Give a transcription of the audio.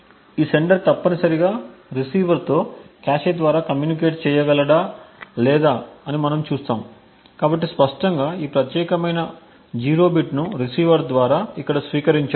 ఈ సెండర్ తప్పనిసరిగా రిసీవర్తో కాష్ ద్వారా కమ్యూనికేట్ చేయ గలడా లేదా అని మనము చూస్తాము కాబట్టి స్పష్టంగా ఈ ప్రత్యేకమైన 0 బిట్ను రిసీవర్ ద్వారా ఇక్కడ స్వీకరించారు